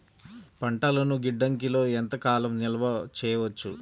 పంటలను గిడ్డంగిలలో ఎంత కాలం నిలవ చెయ్యవచ్చు?